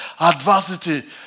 adversity